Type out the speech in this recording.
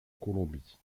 colombie